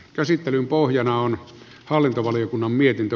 käsittelyn pohjana on hallintovaliokunnan mietintö